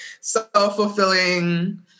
self-fulfilling